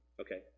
Okay